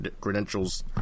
credentials